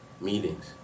meetings